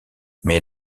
mais